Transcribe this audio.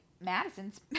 Madison's